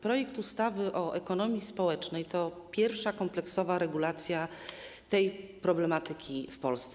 Projekt ustawy o ekonomii społecznej to pierwsza kompleksowa regulacja tej problematyki w Polsce.